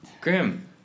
Grim